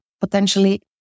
potentially